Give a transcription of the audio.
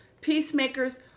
Peacemakers